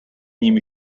ním